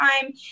time